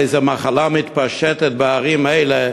איזו מחלה מתפשטת בערים האלה,